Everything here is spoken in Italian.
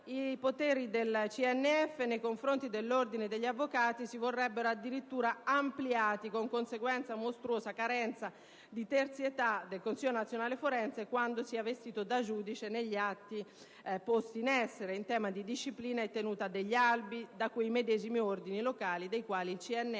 i poteri del CNF nei confronti dell'Ordine degli avvocati, con conseguente mostruosa carenza di terzietà del Consiglio nazionale forense quando sia vestito da giudice negli atti posti in essere in tema di disciplina e tenuta degli albi, da quei medesimi ordini locali dei quali il CNF